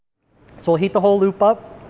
so we'll heat the whole loop up.